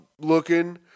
looking